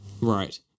Right